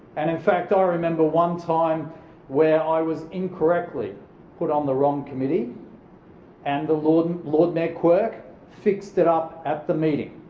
and in fact, i remember one time where i was incorrectly put on the wrong committee and the lord and lord mayor quirk fixed it up at the meeting